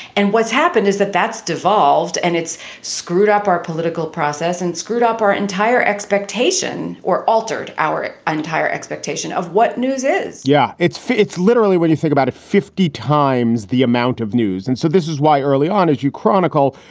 and what's happened is that that's devolved and it's screwed up our political process and screwed up our entire expectation or altered our ah entire expectation of what news is yeah, it's it's literally when you think about it, fifty times the amount of news. and so this is why early on, as you chronicle,